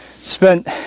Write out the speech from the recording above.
Spent